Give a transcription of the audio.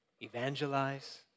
evangelize